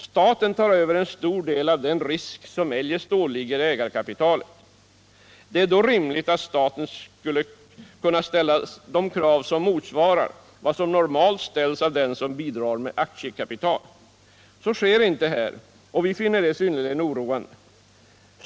Staten tar över en stor del av den risk som eljest åligger ägarkapitalet. Det är då rimligt att staten skall kunna ställa de krav, som motsvarar vad som normalt kan ställas av den som bidrar med aktiekapital. Så sker inte här, och vi finner detta synnerligen oroande.